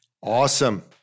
Awesome